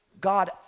God